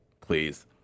please